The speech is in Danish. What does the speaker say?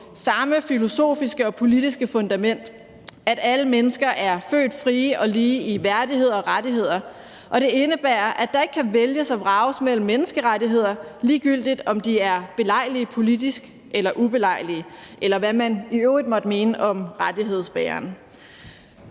samme filosofiske og politiske fundament: at alle mennesker er født frie og lige i værdighed og rettigheder, og at det indebærer, at der ikke kan vælges og vrages mellem menneskerettigheder, ligegyldigt om de er belejlige politisk eller ubelejlige, eller hvad man i øvrigt måtte mene om rettighedsbæreren.